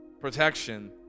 protection